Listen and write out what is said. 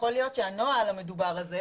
יכול להיות שהנוהל המדובר הזה,